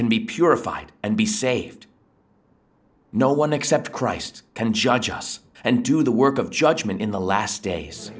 can be purified and be saved no one except christ can judge us and do the work of judgement in the last days